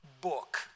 book